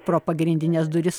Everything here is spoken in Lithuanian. pro pagrindines duris